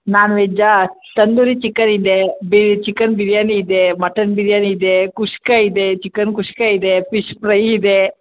ನಾನ್ ವೆಜ್ಜಾ ತಂದೂರಿ ಚಿಕನ್ ಇದೆ ಬಿರ್ ಚಿಕನ್ ಬಿರಿಯಾನಿ ಇದೆ ಮಟನ್ ಬಿರಿಯಾನಿ ಇದೆ ಕುಷ್ಕ ಇದೆ ಚಿಕನ್ ಕುಷ್ಕ ಇದೆ ಪಿಶ್ ಪ್ರೈ ಇದೆ